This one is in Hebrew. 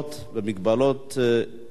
במגבלות שיש לך.